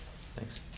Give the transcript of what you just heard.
Thanks